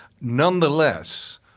Nonetheless